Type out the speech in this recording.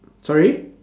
sorry